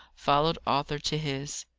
followed arthur to his.